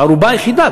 הערובה היחידה,